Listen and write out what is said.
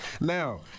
Now